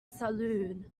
saloon